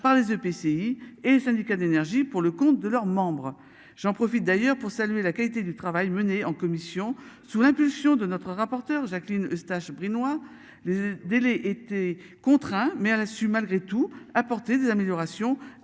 par les EPCI et syndicats d'énergie pour le compte de leurs membres. J'en profite d'ailleurs pour saluer la qualité du travail mené en commission sous l'impulsion de notre rapporteur Jacqueline Eustache Brunoy les délais étaient contraints. Mais elle a su malgré tout apporté des améliorations